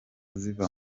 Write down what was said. ziva